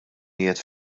qiegħed